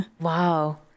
Wow